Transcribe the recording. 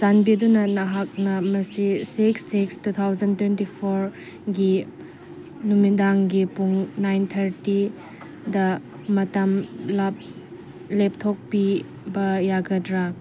ꯆꯥꯟꯕꯤꯗꯨꯅ ꯅꯍꯥꯛꯅ ꯃꯁꯤ six six two thousand twenty ꯐꯣꯔꯒꯤ ꯅꯨꯃꯤꯗꯥꯡꯒꯤ ꯄꯨꯡ ꯅꯥꯏꯟ ꯊꯥꯔꯇꯤꯗ ꯃꯇꯝ ꯂꯦꯞꯊꯣꯛꯄꯤꯕ ꯌꯥꯒꯗ꯭ꯔꯥ